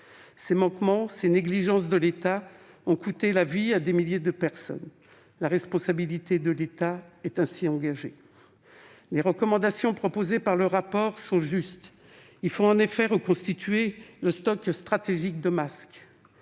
Ces manquements, ces négligences de l'État ont coûté la vie à des milliers de personnes. La responsabilité de l'État est ainsi engagée. Les recommandations proposées par le rapport sont justes. Il faut, en effet, reconstituer un stock stratégique de masques.